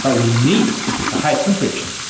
but we need the high temperature.